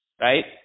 Right